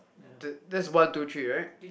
th~ that's one two three right